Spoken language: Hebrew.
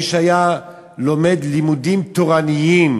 מי שהיה לומד לימודים תורניים,